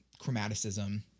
chromaticism